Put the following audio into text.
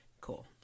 Cool